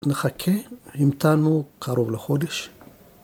‫נחכה.. המתנו קרוב לחודש.